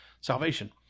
salvation